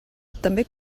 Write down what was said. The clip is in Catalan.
també